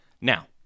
Now